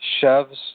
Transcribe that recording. shoves